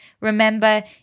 Remember